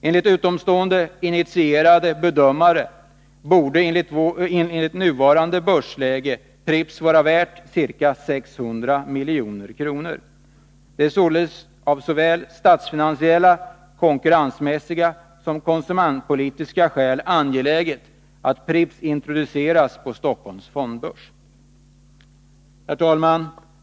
Enligt utomstående initierade bedömare borde enligt nuvarande börsläge Pripps vara värt ca 600 milj.kr. Det är således av såväl statsfinansiella, konkurrensmässiga som konsumentpolitiska skäl angeläget att Pripps introduceras på Stockholms fondbörs. Herr talman!